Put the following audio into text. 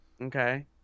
Okay